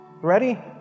Ready